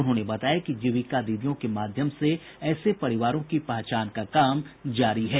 उन्होंने बताया कि जीविका दीदियों के माध्यम से ऐसे लोगों की पहचान का काम जारी है